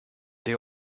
they